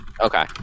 Okay